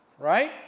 Right